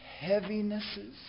heavinesses